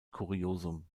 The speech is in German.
kuriosum